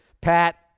Pat